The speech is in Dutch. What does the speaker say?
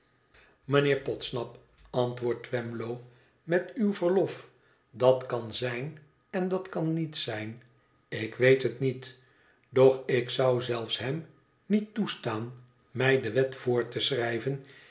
mijnheer podsnap antwoordt twemlow metuw verlof dat kan zijn en dat kan niet zijn ik weet het niet doch ik zou zelfs hem niet toestaan mij de wet voor te schrijven